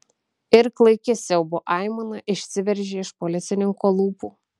ir klaiki siaubo aimana išsiveržė iš policininko lūpų